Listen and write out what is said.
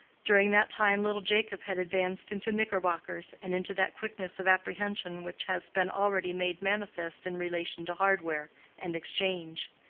during that time little jacob had advanced into knickerbockers, and into that quickness of apprehension which has been already made manifest in relation to hardware and exchange.